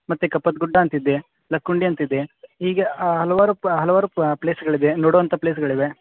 ಮತ್ತೆ ಕಪ್ಪದ ಗುಡ್ಡ ಅಂತಿದೆ ಲಕ್ಕುಂಡಿ ಅಂತಿದೆ ಹೀಗೆ ಹಲವಾರು ಪ ಹಲವಾರು ಪ್ಲೇಸ್ಗಳಿದೆ ನೋಡುವಂಥ ಪ್ಲೇಸ್ಗಳಿವೆ